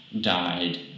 died